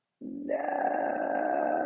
No